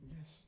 Yes